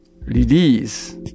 release